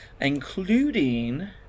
Including